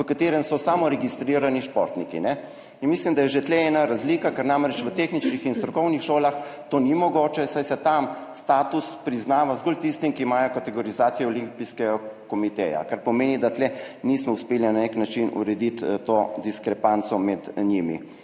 v katerem so samo registrirani športniki. In mislim, da je že tu ena razlika, ker namreč v tehničnih in strokovnih šolah to ni mogoče, saj se tam status priznava zgolj tistim, ki imajo kategorizacijo Olimpijskega komiteja, kar pomeni, da nismo uspeli urediti te diskrepance med njimi.